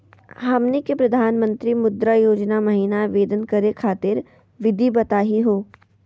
हमनी के प्रधानमंत्री मुद्रा योजना महिना आवेदन करे खातीर विधि बताही हो?